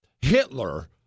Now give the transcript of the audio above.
Hitler